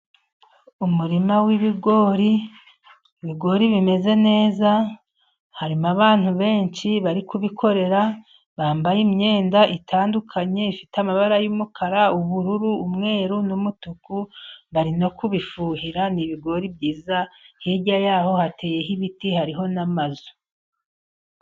Umurima w'ibigori, ibigori bimeze neza, harimo abantu benshi bari kubikorera, bambaye imyenda itandukanye, ifite amabara y'umukara, ubururu, umweru n'umutuku, bari no kubifuhira, ni ibigori byiza, hirya y'aho hateyeho ibiti, hariho n'amazu.